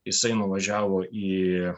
jisai nuvažiavo į